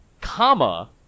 comma